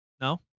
No